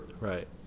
Right